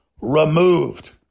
Removed